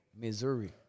missouri